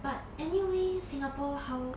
but anyway singapore how